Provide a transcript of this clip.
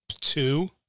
Two